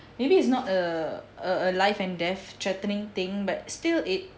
maybe it's not a life and death threatening thing but still it